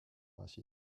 ainsi